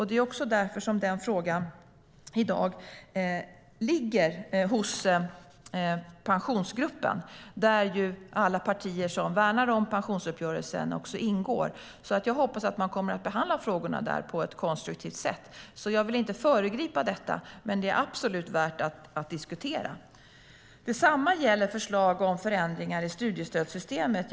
Det är också därför som den frågan i dag ligger hos Pensionsgruppen, där alla partier som värnar om pensionsuppgörelsen ingår. Jag hoppas att man kommer att behandla frågorna på ett konstruktivt sätt där. Jag vill inte föregripa detta, men det är absolut värt att diskutera. Detsamma gäller förslag om förändringar i studiestödssystemet.